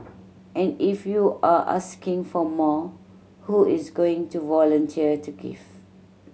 and if you are asking for more who is going to volunteer to give